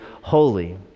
holy